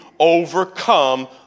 overcome